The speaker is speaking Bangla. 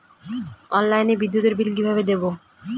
অনলাইনে বিদ্যুতের বিল কিভাবে দেব?